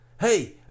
Hey